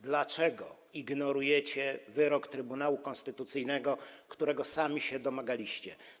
Dlaczego ignorujecie wyrok Trybunału Konstytucyjnego, którego sami się domagaliście?